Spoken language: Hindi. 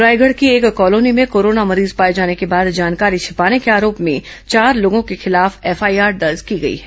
रायगढ़ की एक कॉलोनी में कोरोना मरीज पाए जाने के बाद जानकारी छिपाने के आरोप में चार लोगों को खिलाफ एफआईआर दर्ज की गई है